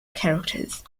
characters